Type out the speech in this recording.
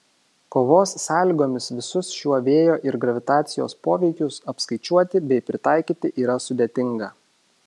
kovos sąlygomis visus šiuo vėjo ir gravitacijos poveikius apskaičiuoti bei pritaikyti yra sudėtinga